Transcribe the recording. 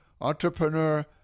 entrepreneur